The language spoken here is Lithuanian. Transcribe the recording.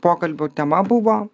pokalbių tema buvo